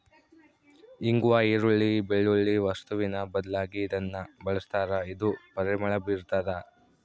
ಇಂಗ್ವಾ ಈರುಳ್ಳಿ, ಬೆಳ್ಳುಳ್ಳಿ ವಸ್ತುವಿನ ಬದಲಾಗಿ ಇದನ್ನ ಬಳಸ್ತಾರ ಇದು ಪರಿಮಳ ಬೀರ್ತಾದ